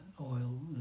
oil